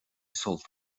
sult